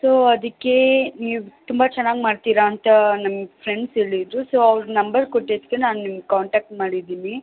so ಅದಕ್ಕೆ ನೀವು ತುಂಬ ಚೆನ್ನಾಗಿ ಮಾಡ್ತೀರಾ ಅಂತ ನಮ್ಮ ಫ್ರೆಂಡ್ಸ್ ಹೇಳಿದ್ರು ಸೊ ಅವ್ರು ನಂಬರ್ ಕೊಟ್ಟಿದ್ದಕ್ಕೆ ನಾನು ನಿಮ್ಗೆ ಕಾಂಟ್ಯಾಕ್ಟ್ ಮಾಡಿದ್ದೀನಿ